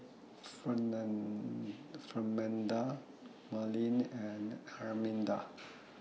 Fernanda Madlyn and Arminda